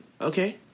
okay